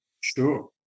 Sure